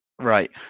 Right